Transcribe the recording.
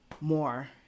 more